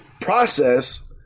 process